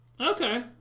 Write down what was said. Okay